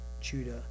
Judah